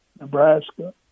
Nebraska